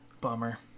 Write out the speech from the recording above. Bummer